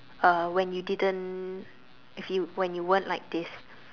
uh when you didn't if you when you weren't like this